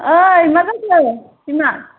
एै मा जाखो बिमा